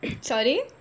Sorry